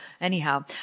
Anyhow